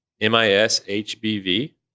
M-I-S-H-B-V